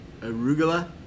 Arugula